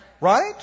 Right